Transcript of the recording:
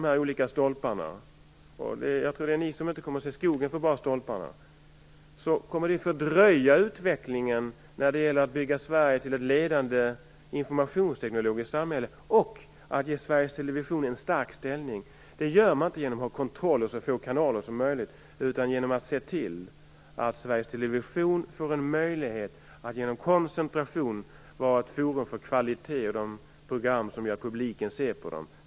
När ni sätter upp alla stolpar kommer ni nämligen att fördröja utvecklingen av Sverige till ett modernt informationstekniskt samhälle och förhindra att Sveriges Television får en stark ställning. Det gör man inte genom att ha kontroller och så få kanaler som möjligt, utan genom att se till att Sveriges Television får en möjlighet att genom koncentration vara ett forum för kvalitet och program som folk vill se.